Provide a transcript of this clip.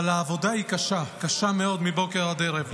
אבל העבודה היא קשה, קשה מאוד, מבוקר עד ערב.